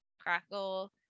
crackle